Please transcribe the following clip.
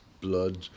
blood